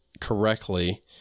correctly